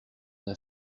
d’un